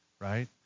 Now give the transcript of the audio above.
right